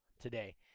today